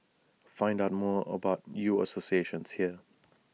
find out more about U associates here